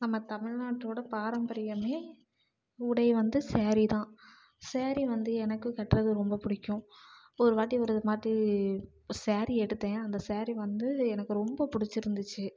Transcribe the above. நம்ம தமில்நாட்டோடய பாரம்பரியமே உடை வந்து ஸேரீ தான் ஸேரீ வந்து எனக்கு கட்டுறது ரொம்ப பிடிக்கும் ஒரு வாட்டி ஒரு மாட்டி ஸேரீ எடுத்தேன் அந்த ஸேரீ வந்து எனக்கு ரொம்ப பிடிச்சிருந்துச்சி